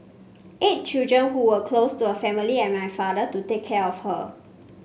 eight children who were close to her family and my father to take care of her